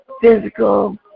physical